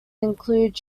includes